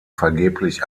vergeblich